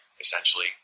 essentially